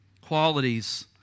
qualities